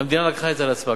והמדינה לקחה את זה על עצמה.